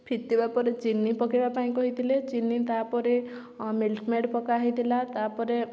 ଫିଟିବା ପରେ ଚିନି ପକେଇବା ପାଇଁ କହିଥିଲେ ଚିନି ତା ପରେ ମିଲ୍କମେଡ଼ ପକାହେଇଥିଲା ତା ପରେ